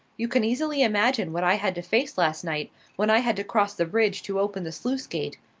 you can easily imagine what i had to face last night when i had to cross the bridge to open the sluice-gate,